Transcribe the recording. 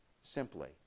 simply